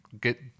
get